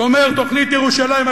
שאומר: תוכנית ירושלים,